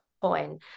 point